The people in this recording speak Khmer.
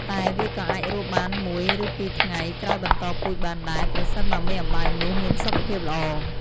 តែវាក៏អាចរស់បាន១ ឬ២ថ្ងៃ ក្រោយបន្តពូជបានដែរ ប្រសិនបើមេអំបៅនោះ មានសុខភាពល្អ។